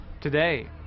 Today